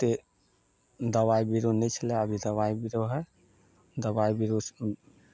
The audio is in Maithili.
ओते दबाइ बीरो नहि छलै अभी दबाइ बीरो हइ दबाइ बीरोसँ